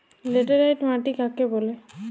Laterite মাটি কাকে বলে?